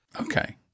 Okay